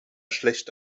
schlecht